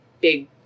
big